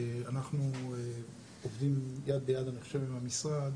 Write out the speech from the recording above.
אנחנו עובדים יד ביד עם המשרד